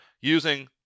using